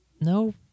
no